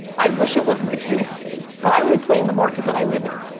i wish it wasn't the case but i only play in the market that i live in.